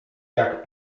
jak